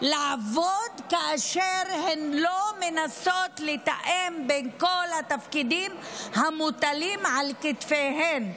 לעבוד כאשר הן לא מנסות לתאם בין כל התפקידים המוטלים על כתפיהן.